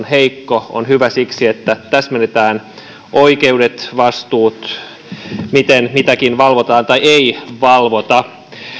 heikko jolloin on hyvä että täsmennetään oikeudet vastuut miten mitäkin valvotaan tai ei valvota